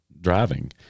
driving